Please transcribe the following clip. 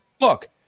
Look